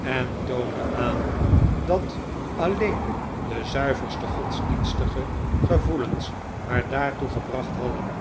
en toonde aan dat alleen de zuiverste godsdienstige gevoelens haar daartoe gebracht hadden